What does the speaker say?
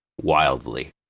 wildly